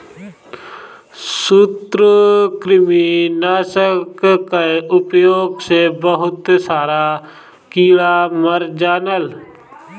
सूत्रकृमि नाशक कअ उपयोग से बहुत सारा कीड़ा मर जालन